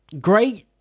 great